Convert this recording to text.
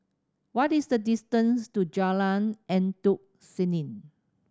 what is the distance to Jalan Endut Senin